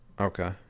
Okay